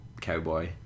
cowboy